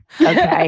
okay